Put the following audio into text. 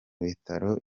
bitaro